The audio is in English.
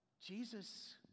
Jesus